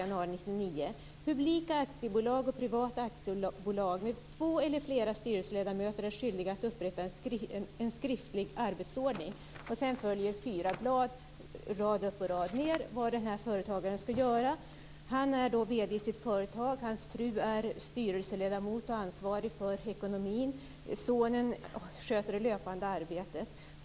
Där står det så här: Publika aktiebolag och privata aktiebolag med två eller flera styrelseledamöter är skyldiga att upprätta en skriftlig arbetsordning. Därefter följer fyra blad, rad upp och rad ned, med vad den här företagaren skall göra. Han är vd i sitt företag, hans fru är styrelseledamot och ansvarig för ekonomin. Sonen sköter det löpande arbetet.